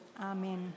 Amen